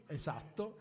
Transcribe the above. esatto